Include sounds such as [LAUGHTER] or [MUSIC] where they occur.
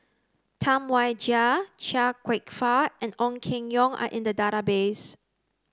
Tam Wai Jia Chia Kwek Fah and Ong Keng Yong are in the [UNINTELLIGIBLE]